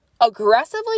aggressively